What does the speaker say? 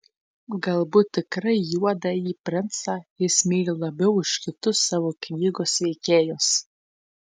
galbūt tikrai juodąjį princą jis myli labiau už kitus savo knygos veikėjus